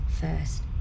first